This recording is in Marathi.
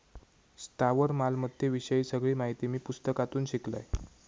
स्थावर मालमत्ते विषयी सगळी माहिती मी पुस्तकातून शिकलंय